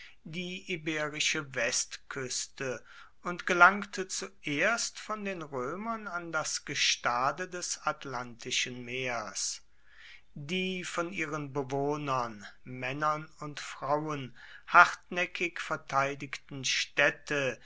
die iberische westküste und gelangte zuerst von den römern an das gestade des atlantischen meers die von ihren bewohnern männern und frauen hartnäckig verteidigten städte